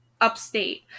Upstate